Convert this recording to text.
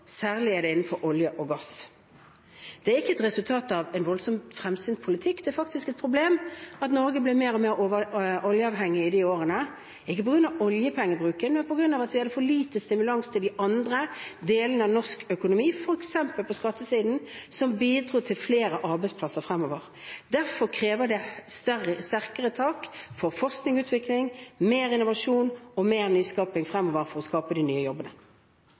særlig innenfor olje og gass. Det er ikke et resultat av en voldsomt fremsynt politikk. Det er faktisk et problem at Norge ble mer og mer oljeavhengig i de årene, ikke på grunn av oljepengebruken, men på grunn av at vi hadde for lite stimulans til de andre delene av norsk økonomi, f.eks. på skattesiden, som bidro til flere arbeidsplasser fremover. Derfor kreves det sterkere tak for forskning og utvikling, mer innovasjon og mer nyskaping fremover, for å skape de nye jobbene.